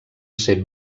ser